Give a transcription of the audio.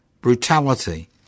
brutality